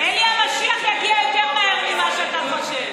אלי, המשיח יגיע יותר מהר ממה שאתה חושב.